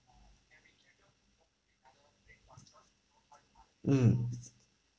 mm